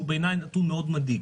שהוא בעיניי נתון מאוד מדאיג: